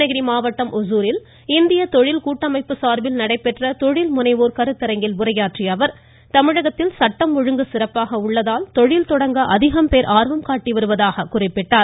கிருஷ்ணகிரி மாவட்டம் ஒசூரில் இந்திய தொழில் கூட்டமைப்பு சார்பில் நடைபெற்ற தொழில் முனைவோர் கருத்தரங்கில் உரையாற்றிய அவர் தமிழகத்தில் சட்டம் ஒழுங்கு சிறப்பாக உள்ளதால் தொழில் தொடங்க அதிகம் பேர் ஆர்வம் காட்டி வருவதாக கூறினார்